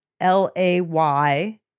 L-A-Y